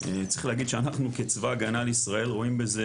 צריך להגיד שאנחנו כצבא הגנה לישראל, רואים בזה,